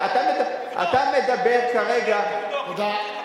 אתה מדבר כרגע, תבדוק, תודה.